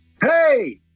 Hey